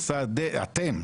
אתם,